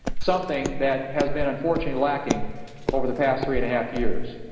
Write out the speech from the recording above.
something that has been unfortunately lacking over the past three and a half years.